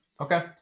Okay